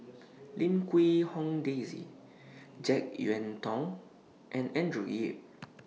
Lim Quee Hong Daisy Jek Yeun Thong and Andrew Yip